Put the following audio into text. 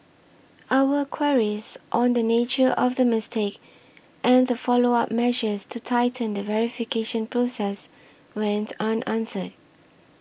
our queries on the nature of the mistake and the follow up measures to tighten the verification process went unanswered